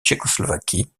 tchécoslovaquie